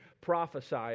prophesy